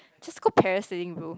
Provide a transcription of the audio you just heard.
just go parasailing bro